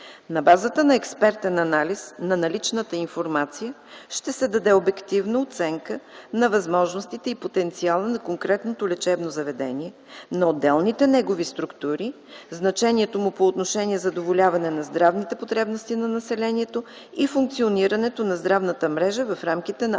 На базата на експертен анализ на наличната информация ще се даде обективна оценка на възможностите и потенциала на конкретното лечебно заведение, на отделните негови структури, значението му по отношение задоволяване на здравните потребности на населението и функционирането на здравната мрежа в рамките на